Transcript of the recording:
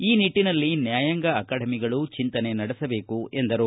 ಈ ನಿಟ್ಟಿನಲ್ಲಿ ನ್ಯಾಯಾಂಗ ಅಕಾಡೆಮಿಗಳು ಚಿಂತನೆ ನಡೆಸಬೇಕು ಎಂದರು